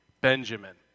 Benjamin